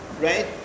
right